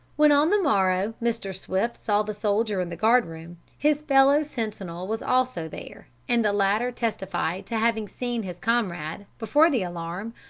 when on the morrow mr. swifte saw the soldier in the guard-room, his fellow-sentinel was also there, and the latter testified to having seen his comrade, before the alarm,